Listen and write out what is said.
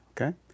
Okay